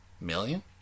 Million